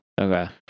Okay